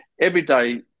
everyday